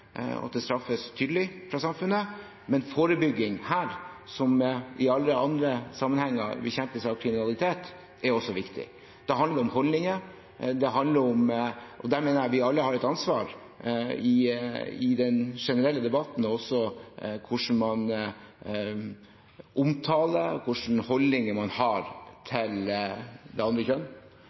at det straffes tydelig fra samfunnet. Men forebygging – her som i alle andre sammenhenger ved bekjempelse av kriminalitet – er også viktig. Det handler om holdninger, og der mener jeg vi alle har et ansvar i den generelle debatten og for hvordan man omtaler og hvilke holdninger man har til det andre kjønn.